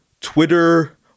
Twitter